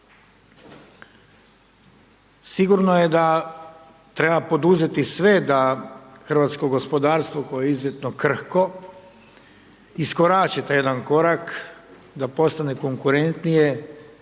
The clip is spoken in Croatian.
Sigurno je da treba poduzeti sve da hrvatsko gospodarstvo koje je izuzetno krhko iskorači taj jedan korak, da postane konkurentnije,